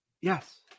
Yes